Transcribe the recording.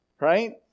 right